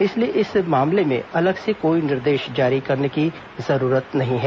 इसलिए इस मामले में अलग से कोई निर्देश जारी करने की जरूरत नहीं है